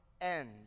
end